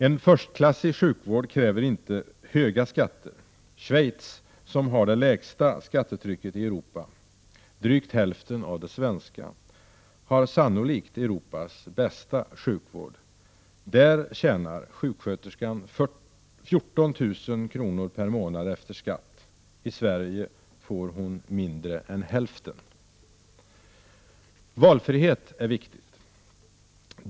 En förstklassig sjukvård kräver inte höga skatter. Schweiz som har det lägsta skattetrycket i Europa, drygt hälften av det svenska, har sannolikt Europas bästa sjukvård. Där tjänar sjuksköterskan 14 000 kr. per månad efter skatt. I Sverige får hon mindre än hälften. Valfrihet är viktigt.